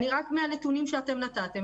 אני רק אומרת מהנתונים שאתם נתתם.